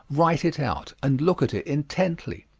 write it out, and look at it intently.